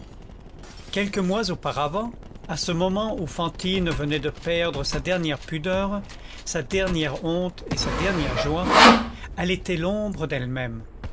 quelques mois auparavant à ce moment où fantine venait de perdre sa dernière pudeur sa dernière honte et sa dernière joie elle était l'ombre d'elle-même